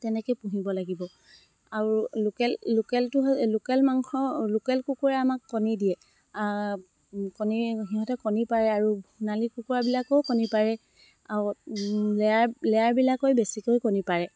তেনেকে পুহিব লাগিব আৰু লোকেল লোকেলটো লোকেল মাংস লোকেল কুকুৰা আমাক কণী দিয়ে কণী সিহঁতে কণী পাৰে আৰু সোণালী কুকুৰাবিলাকেও কণী পাৰে আৰু লেয়াৰ লেয়াৰবিলাকে বেছিকৈ কণী পাৰে